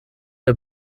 der